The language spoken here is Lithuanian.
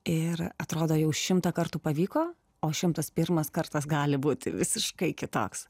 ir atrodo jau šimtą kartų pavyko o šimtas pirmas kartas gali būti visiškai kitoks